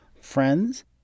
friends